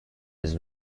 his